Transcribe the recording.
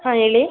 ಹಾಂ ಹೇಳಿ